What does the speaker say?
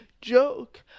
joke